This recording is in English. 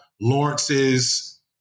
Lawrence's